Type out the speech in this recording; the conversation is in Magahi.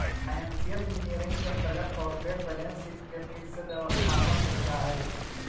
फाइनेंशियल इंजीनियरिंग के अंतर्गत कॉरपोरेट बैलेंस शीट के फिर से व्यवस्थापन कैल जा हई